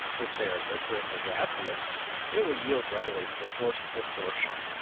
if they are liquid or gaseous they will yield readily to the force of distortion,